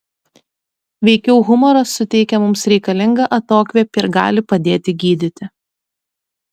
veikiau humoras suteikia mums reikalingą atokvėpį ir gali padėti gydyti